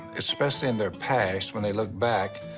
especially in their past, when they look back.